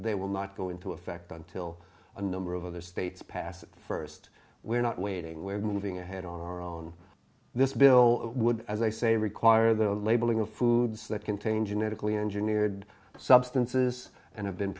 they will not go into effect until a number of other states passed first we're not waiting with moving ahead on our own this bill would as i say require the labeling of foods that contain genetically engineered substances and have been